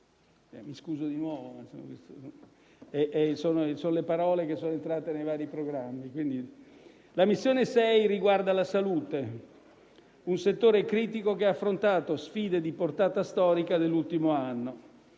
Mi scuso di nuovo, ma sono le parole che sono entrate nei vari programmi. La missione 6 riguarda la salute, un settore critico, che ha affrontato sfide di portata storica nell'ultimo anno.